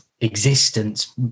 existence